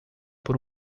por